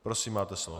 Prosím, máte slovo.